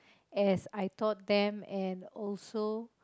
as I taught them and also